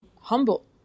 humble